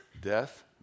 death